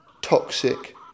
toxic